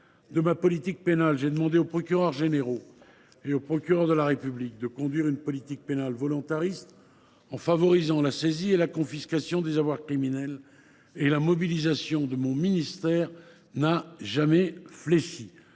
de ma politique pénale. J’ai demandé aux procureurs généraux et aux procureurs de la République de conduire une politique pénale volontariste en favorisant la saisie et la confiscation des avoirs criminels. La mobilisation de mon ministère n’a jamais fléchi